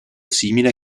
simile